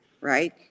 right